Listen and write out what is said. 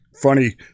funny